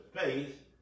faith